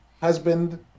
husband